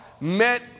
met